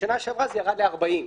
בשנה שעברה זה ירד ל-40.